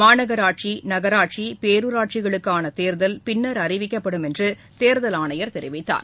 மாநகராட்சி நகராட்சி பேரூராட்சி களுக்கானதேர்தல் பின்னா் அறிவிக்கப்படும் என்றுதேர்தல் ஆணையர் தெரிவித்தார்